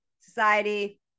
society